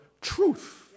truth